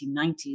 1990s